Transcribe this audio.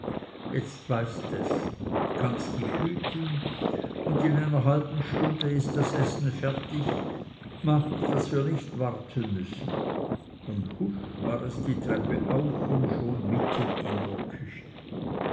jetzt weißt es kannst dich hüten und in einer halben stunde ist das essen fertig mach daß wir nicht warten müssen und husch war es die treppe auf und schon mitten in der küche